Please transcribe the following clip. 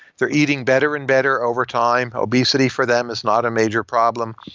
they're eating better and better over time. obesity for them is not a major problem.